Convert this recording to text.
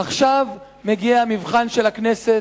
עכשיו מגיע המבחן של הכנסת,